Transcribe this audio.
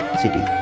city